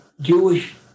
Jewish